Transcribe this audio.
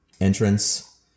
entrance